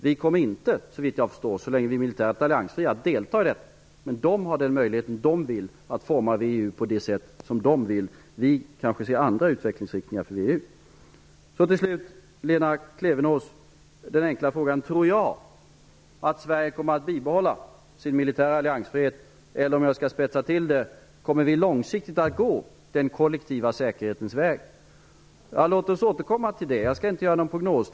Vi kommer inte, såvitt jag förstår, så länge vi vill vara alliansfria, att delta i detta. De deltagande har möjlighet att utforma VEU på det som de vill. Vi kanske ser andra utvecklingsriktningar för VEU. Till slut till Lena Klevenås enkla fråga: Tror jag att Sverige kommer att bibehålla sin militära alliansfrihet? Eller om jag skall spetsa till det: Kommer vi långsiktigt att gå den kollektiva säkerhetens väg? Låt oss återkomma till detta. Jag skall inte göra någon prognos.